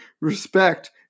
respect